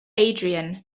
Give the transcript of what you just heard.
adrian